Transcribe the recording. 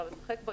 אפשר לשחק בו,